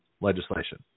legislation